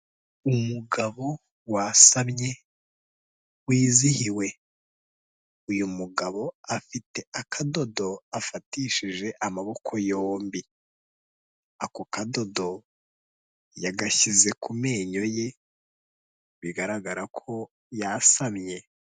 Umugabo wasamye wizihiwe. Uyu mugabo afite akadodo afatishije amaboko yombi. Ako kadodo yagashyize ku menyo ye, bigaragara ko yasamye.